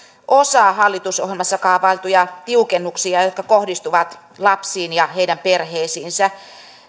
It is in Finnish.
osa hallitusohjelmassa kaavailtuja tiukennuksia jotka kohdistuvat lapsiin ja heidän perheisiinsä